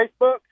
Facebook